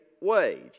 wage